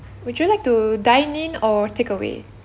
would you like to dine in or takeaway